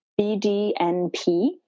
BDNP